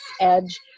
edge